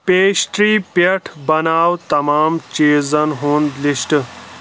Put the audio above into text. pastry پٮ۪ٹھ بناو تمام چیزن ہُنٛد لسٹ